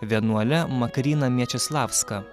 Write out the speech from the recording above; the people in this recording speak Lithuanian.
vienuole makryna miečislavska